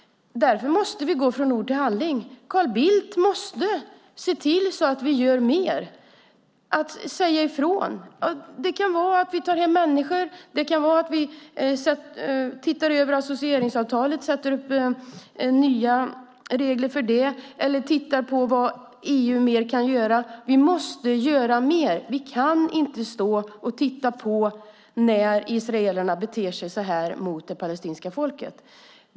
Därför måste vi gå från ord till handling. Carl Bildt måste se till att vi gör mer och säger ifrån. Det kan handla om att vi tar hem människor, att vi ser över associeringsavtalet och sätter upp nya regler för det eller tittar på vad EU mer kan göra. Vi måste göra mer. Vi kan inte stå och titta på när israelerna beter sig så här mot det palestinska folket.